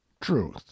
truth